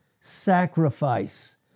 sacrifice